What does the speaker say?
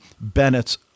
Bennett's